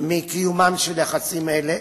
מקיומם של יחסים אלה,